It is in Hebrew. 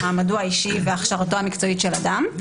מעמדו האישי והכשרתו המקצועית של אדם.